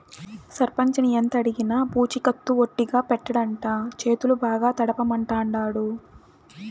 సర్పంచిని ఎంతడిగినా పూచికత్తు ఒట్టిగా పెట్టడంట, చేతులు బాగా తడపమంటాండాడు